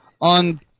on